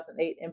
2008